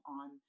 on